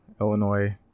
Illinois